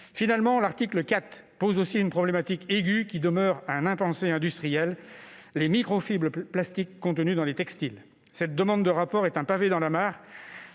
Enfin, l'article 4 met en exergue une problématique aiguë qui demeure un impensé industriel : les microfibres de plastique contenues dans les textiles. Cette demande de rapport est un pavé dans la mare